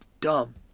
dumb